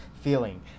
feeling